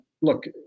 look